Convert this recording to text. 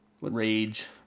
rage